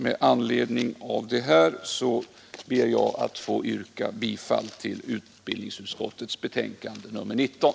Med det anförda ber jag att få yrka bifall till utskottets hemställan.